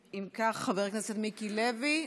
אם כך, חבר כנסת מיקי לוי,